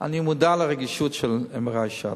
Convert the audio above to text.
אני מודע לרגישות של MRI שד,